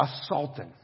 assaulting